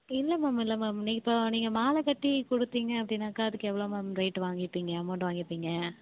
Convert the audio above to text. இல்லை மேம் இல்லை மேம் நீ இப்போது நீங்கள் மாலை கட்டி கொடுத்தீங்க அப்படின்னாக்கா அதுக்கு எவ்வளோ மேம் ரேட் வாங்கிப்பீங்க அமெளண்ட் வாங்கிப்பீங்க